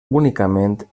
únicament